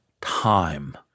time